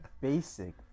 basic